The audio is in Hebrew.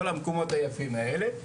כל המקומות היפים האלה,